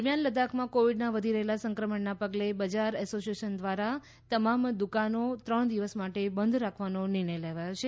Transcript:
દરમિયાન લદ્દાખમાં કોવિડના વધી રહેલા સંક્રમણના પગલે બજાર એસોસિયેશન દ્વારા તમામ દુકાનો ત્રણ દિવસ માટે બંધ રાખવાનો નિર્ણય લેવાયો છે